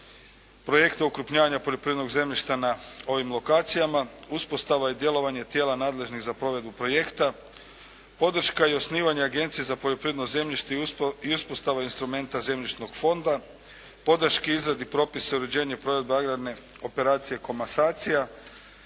projekta okrupnjavanja poljoprivrednog zemljišta na ovim lokacijama, uspostava i djelovanje tijela nadležnih za provedbu projekta, podrška i osnivanje Agencije za poljoprivredno zemljište i uspostava instrumenta zemljišnog fonda, podrška izradi propisa i uređenje agrarne operacije komasacija,